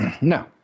No